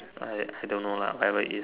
I I don't know lah whatever it is